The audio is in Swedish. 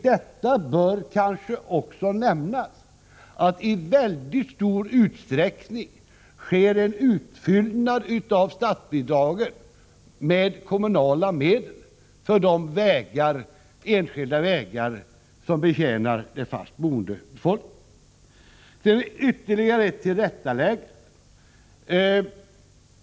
Det kanske också bör nämnas att det i mycket stor utsträckning sker en utfyllnad av statsbidraget med kommunala medel för de enskilda vägar som betjänar fast boende befolkning. Sedan har jag ytterligare ett tillrättaläggande.